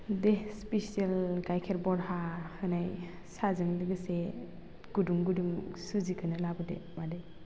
दे स्फिसेल गायखेर बरहा होनानै साहाजों लोगोसे गुदुं गुदुं सुजिखौनो लाबोदो मादै